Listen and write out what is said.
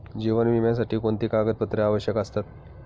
जीवन विम्यासाठी कोणती कागदपत्रे आवश्यक असतात?